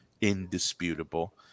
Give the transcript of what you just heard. indisputable